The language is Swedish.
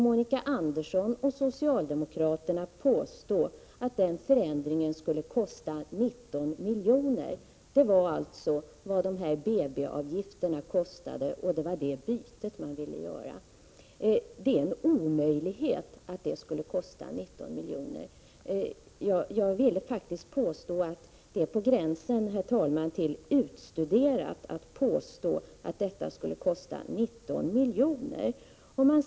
Monica Andersson och socialdemokraterna påstår att den förändringen skulle kosta 19 milj.kr. Detta är vad dessa BB-avgifter skulle ha gett, och det var det bytet man ville göra. Det är en omöjlighet att detta skulle kosta 19 milj.kr. Det är på gränsen till att vara utstuderat när man påstår att det skulle kosta 19 milj.kr.